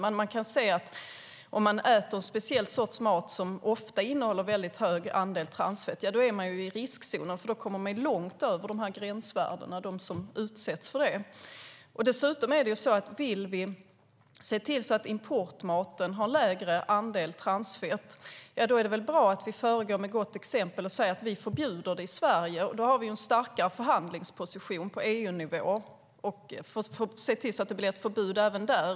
Man kan dock se att människor som äter en speciell sorts mat som ofta innehåller en hög andel transfett är i riskzonen. De som utsätts för det kommer nämligen långt över gränsvärdena. Vill vi se till att importmaten har lägre andel transfett är det väl dessutom bra att vi föregår med gott exempel och säger att vi förbjuder det i Sverige. Då har vi en starkare förhandlingsposition på EU-nivå för att se till att det blir ett förbud även där.